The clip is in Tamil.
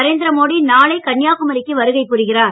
நரேந்திர மோடி நாளை கன்னியாகுமரிக்கு வருகை புரிகிறார்